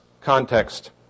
context